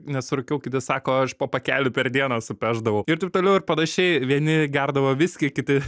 nesurūkiau kiti sako aš po pakelį per dieną supešdavau ir taip toliau ir panašiai vieni gerdavo viskį kiti